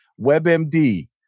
WebMD